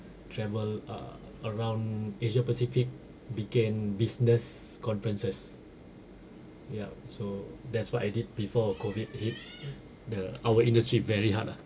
travel uh around asia pacific begin business conferences yup so that's what I did before COVID hit the our industry very hard lah